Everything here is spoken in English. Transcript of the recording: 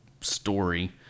story